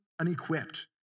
unequipped